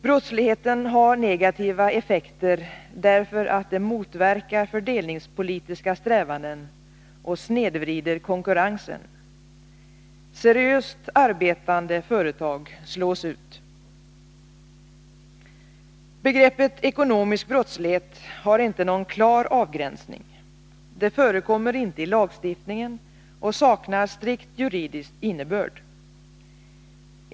Brottsligheten har negativa effekter därför att den motverkar fördelningspolitiska strävanden och snedvrider konkurrensen. Seriöst arbetande företag slås ut. Begreppet ekonomisk brottslighet har inte någon klar avgränsning. Det förekommer inte i lagstiftningen och saknar strikt juridisk innebörd.